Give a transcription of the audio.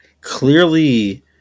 clearly